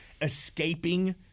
escaping